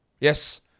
yes